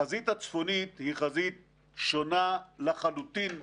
החזית הצפונית היא חזית שונה לחלוטין מעזה.